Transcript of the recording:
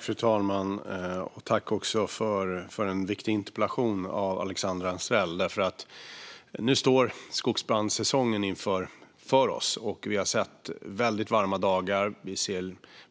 Fru talman! Tack, Alexandra Anstrell, för en viktig interpellation! Nu står skogsbrandssäsongen inför oss. Vi har sett väldigt varma dagar, och vi